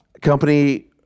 company